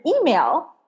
email